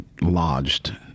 lodged